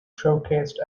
showcased